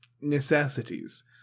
necessities